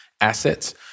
assets